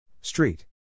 Street